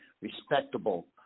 respectable